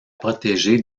protéger